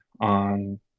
on